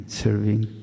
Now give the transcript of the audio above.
serving